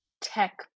tech